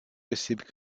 received